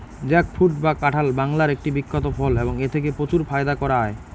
jackfruit বা কাঁঠাল বাংলার একটি বিখ্যাত ফল এবং এথেকে প্রচুর ফায়দা করা য়ায়